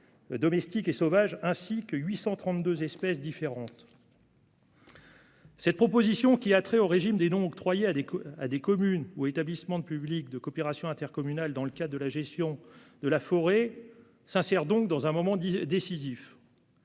ainsi que de 832 espèces différentes. Cette proposition de loi, qui a trait au régime des dons octroyés à des communes ou établissements publics de coopération intercommunale dans le cadre de la gestion de la forêt, s'insère donc dans un moment décisif.